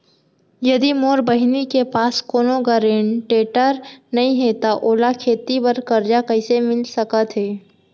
यदि मोर बहिनी के पास कोनो गरेंटेटर नई हे त ओला खेती बर कर्जा कईसे मिल सकत हे?